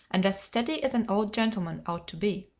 and as steady as an old gentleman ought to be.